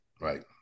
Right